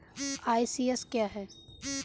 ECS क्या है?